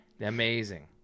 Amazing